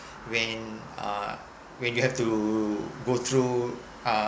when uh when you have to go through uh